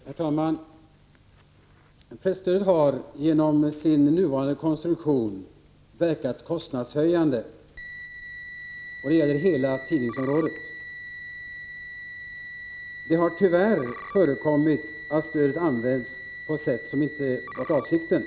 Herr talman! Presstödet har genom sin nuvarande konstruktion verkat kostnadshöjande. Det gäller hela tidningsområdet. Tyvärr har det förekommit att stödet har använts på sätt som inte varit avsikten.